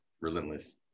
relentless